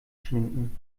schminken